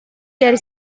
dari